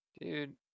Dude